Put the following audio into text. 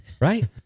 right